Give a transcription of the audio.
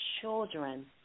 children